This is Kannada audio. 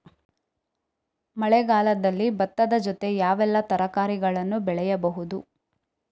ಮಳೆಗಾಲದಲ್ಲಿ ಭತ್ತದ ಜೊತೆ ಯಾವೆಲ್ಲಾ ತರಕಾರಿಗಳನ್ನು ಬೆಳೆಯಬಹುದು?